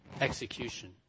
execution